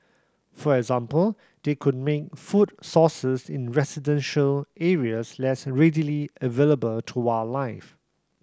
for example they could make food sources in residential areas less readily available to wildlife